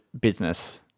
business